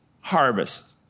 harvest